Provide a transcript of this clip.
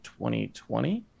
2020